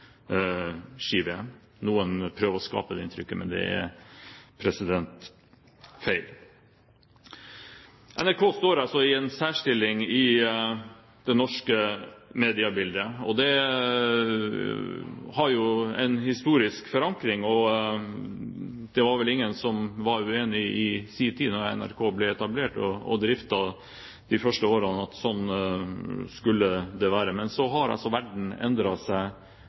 ski-VM. Noen prøver å skape det inntrykket, men det er feil. NRK står altså i en særstilling i det norske mediebildet, og det har en historisk forankring. Det var vel ingen som da NRK i sin tid ble etablert og driftet de første årene, var uenig i at sånn skulle det være. Men så har altså verden endret seg